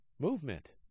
movement